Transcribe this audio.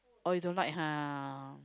oh you don't like !huh!